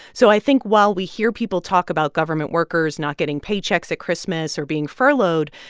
so i think while we hear people talk about government workers not getting paychecks at christmas or being furloughed,